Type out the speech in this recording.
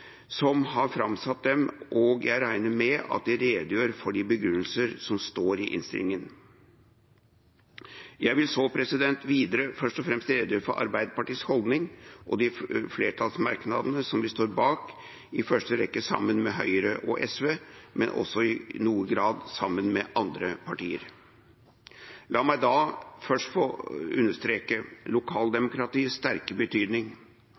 som har framsatt dem, og jeg regner med at de redegjør for de begrunnelser som står i innstillingen. Jeg vil videre først og fremst redegjøre for Arbeiderpartiets holdning og de flertallsmerknadene vi står bak, i første rekke sammen med Høyre og SV, men også i noen grad sammen med andre partier. La meg først få understreke lokaldemokratiets sterke betydning.